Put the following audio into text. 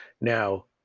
Now